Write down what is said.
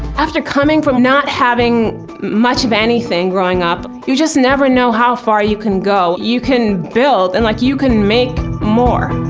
after coming from not having much of anything growing up, you just never know how far you can go. you can build, and, like, you can make more.